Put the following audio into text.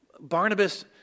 Barnabas